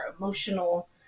emotional